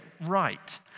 right